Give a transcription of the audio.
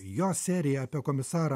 jo serija apie komisarą